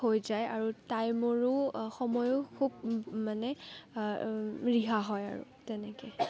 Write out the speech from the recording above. হৈ যায় আৰু টাইমৰো সময়ো খুব মানে ৰেহাই হয় আৰু তেনেকে